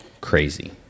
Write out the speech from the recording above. crazy